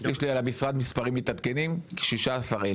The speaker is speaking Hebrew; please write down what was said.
יש לי על המשרד מספרים מתעדכנים 16,000,